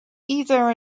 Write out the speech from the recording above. either